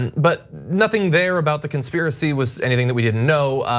but, nothing there about the conspiracy was anything that we didn't know.